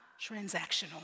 transactional